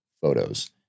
photos